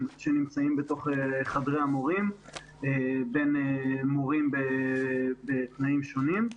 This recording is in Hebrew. שנמצאים בתוך חדרי המורים בין מורים בתנאים שונים.